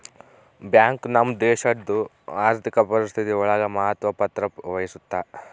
bank ನಮ್ ದೇಶಡ್ ಆರ್ಥಿಕ ಪರಿಸ್ಥಿತಿ ಒಳಗ ಮಹತ್ವ ಪತ್ರ ವಹಿಸುತ್ತಾ